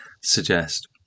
suggest